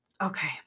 okay